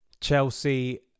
Chelsea